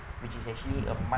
which is actually a much